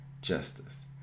justice